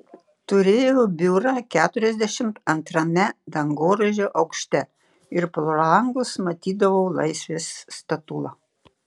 turėjau biurą keturiasdešimt antrame dangoraižio aukšte ir pro langus matydavau laisvės statulą